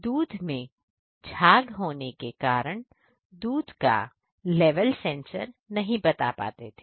पर दूध में झाग होने के कारण दूध का लेवल सेंसर नहीं बता पाते हैं